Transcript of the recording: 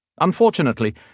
Unfortunately